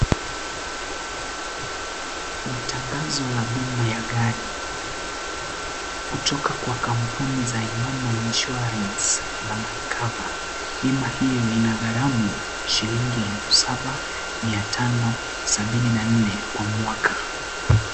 Ni tangazo ya bima la gari kutoka kwa kampuni za Imama Insurance na My cover. Bima hio ina gharamu shilini elfu saba mia tano sabini na nne kwa mwaka.